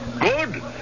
Good